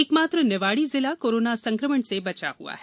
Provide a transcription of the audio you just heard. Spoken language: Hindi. एकमात्र निवाड़ी जिला कोरोना संकमण से बचा हुआ है